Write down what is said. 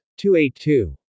282